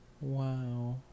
Wow